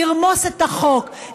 לרמוס את החוק,